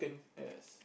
as